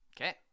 Okay